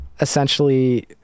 essentially